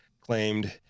claimed